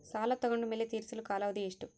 ಸಾಲ ತಗೊಂಡು ಮೇಲೆ ತೇರಿಸಲು ಕಾಲಾವಧಿ ಎಷ್ಟು?